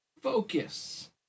focus